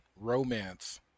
romance